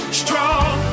strong